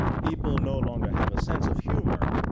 people no longer have a sense of humor.